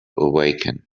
awaken